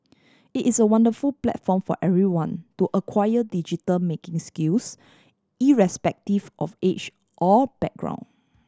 it is a wonderful platform for everyone to acquire digital making skills irrespective of age or background